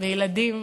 וילדים,